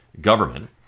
government